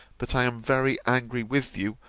that i am very angry with you,